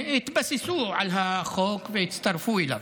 התבססו על החוק והצטרפו אליו.